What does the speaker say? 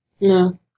No